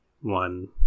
one